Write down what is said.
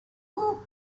who